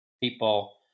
people